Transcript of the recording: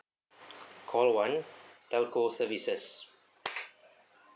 call one telco services